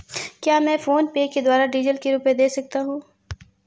क्या मैं फोनपे के द्वारा डीज़ल के रुपए दे सकता हूं?